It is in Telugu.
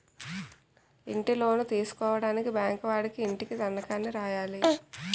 ఇంటిలోను తీసుకోవడానికి బ్యాంకు వాడికి ఇంటిని తనఖా రాయాలి